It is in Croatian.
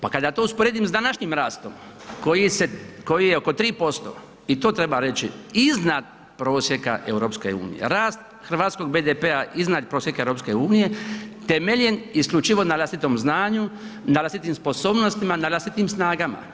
Pa kada to usporedim s današnjim rastom koji je oko 3% i to treba reći iznad prosjeka EU, rast hrvatskog BDP-a iznad prosjeka EU temeljen isključivo na vlastitom znanju, na vlastitim sposobnostima, na vlastitim snagama.